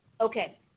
Okay